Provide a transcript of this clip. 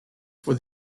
for